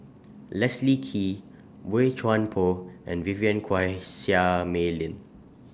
Leslie Kee Boey Chuan Poh and Vivien Quahe Seah Mei Lin